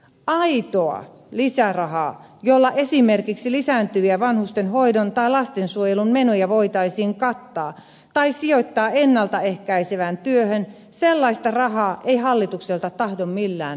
aitoa lisärahaa jolla esimerkiksi lisääntyviä vanhustenhoidon tai lastensuojelun menoja voitaisiin kattaa tai sijoittaa ennalta ehkäisevään työhön sellaista rahaa ei hallitukselta tahdo millään löytyä